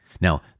Now